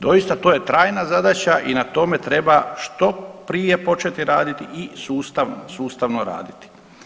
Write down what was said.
Doista to je trajna zadaća i na tome treba što prije početi raditi i sustavno raditi.